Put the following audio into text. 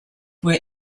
were